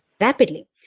rapidly